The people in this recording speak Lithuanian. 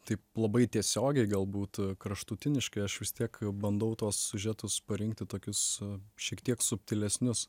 taip labai tiesiogiai galbūt kraštutiniškai aš vis tiek bandau tuos siužetus parinkti tokius šiek tiek subtilesnius